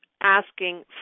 asking